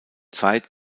zeit